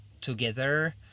together